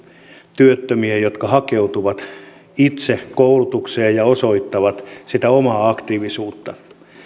työttömien jotka hakeutuvat itse koulutukseen ja osoittavat sitä omaa aktiivisuutta